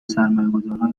سرمایهگذارهای